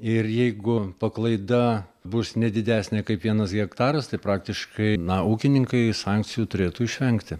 ir jeigu paklaida bus ne didesnė kaip vienas hektaras tai praktiškai na ūkininkai sankcijų turėtų išvengti